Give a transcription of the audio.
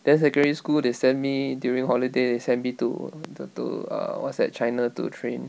then secondary school they sent me during holiday they send me to the to err what's that china to train